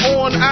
on